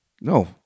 No